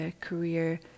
career